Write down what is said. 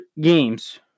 games